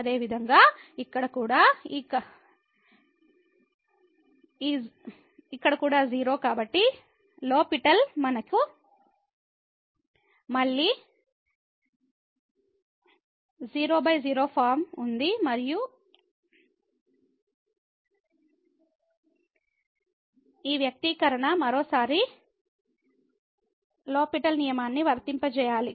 అదేవిధంగా ఇక్కడ కూడా 0 కాబట్టి మనకు మళ్ళీ 00 ఫారం ఉంది మరియు ఈ వ్యక్తీకరణకు మరోసారి లోపిటెల్ L'Hospital నియమాన్ని వర్తింపజేయాలి